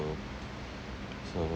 ~o so~